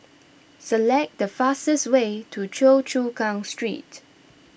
select the fastest way to Choa Chu Kang Street